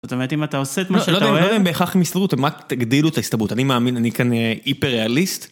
זאת אומרת אם אתה עושה את מה שאתה אוהב? אני לא יודע בהכרח אם הסתברות, תגדילו את ההסתברות, אני מאמין, אני כאן היפר-ריאליסט.